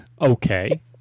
Okay